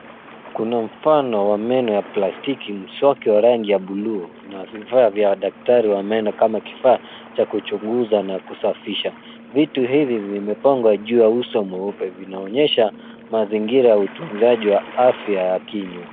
Kuna mfano wa meno ya plastiki, mswaki wa rangi ya bluu na vifaa vya daktari wa meno kama kifaa cha kuchunguza na kusafisha. Vitu hivi vimepangwa juu ya uso mweupe. Vinaonyesha mazingira ya utunzaji wa afya ya kinywa.